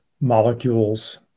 molecules